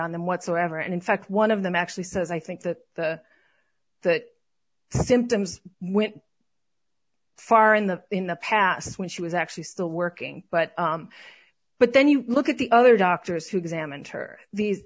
on them whatsoever and in fact one of them actually says i think that that symptoms went far in the in the past when she was actually still working but but then you look at the other doctors who examined her the